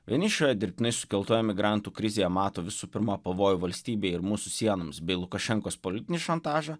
vieni šioje dirbtinai sukeltoje migrantų krizėje mato visų pirma pavojų valstybei ir mūsų sienoms bei lukašenkos politinį šantažą